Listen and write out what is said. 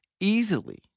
easily